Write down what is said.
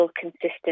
consistent